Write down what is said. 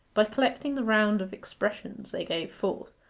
by collecting the round of expressions they gave forth,